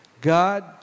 God